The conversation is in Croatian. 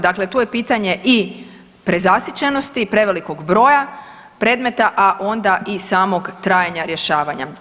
Dakle, tu je pitanje i prezasićenosti i prevelikog broja predmeta, a onda i samog trajanja rješavanja.